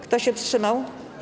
Kto się wstrzymał?